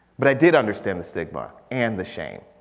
but i did understand the stigma and the shame.